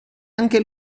anche